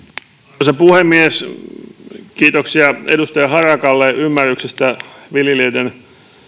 arvoisa puhemies kiitoksia edustaja harakalle ymmärryksestä viljelijöiden